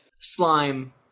slime